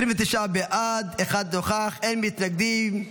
29 בעד, אחד נוכח, אין מתנגדים.